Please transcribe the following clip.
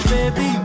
Baby